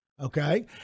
okay